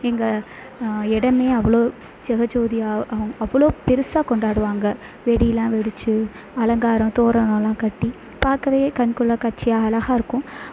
எங்கள் இடமே அவ்வளோ ஜெகஜோதியாக அவ்வளோ பெருசாக கொண்டாடுவாங்க வெடியெலாம் வெடித்து அலங்காரம் தோரணமெலாம் கட்டி பார்க்கவே கண்கொள்ளா காட்சியாக அழகாக இருக்கும்